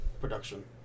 production